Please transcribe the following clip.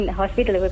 hospital